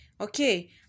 okay